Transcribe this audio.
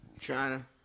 China